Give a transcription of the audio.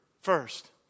First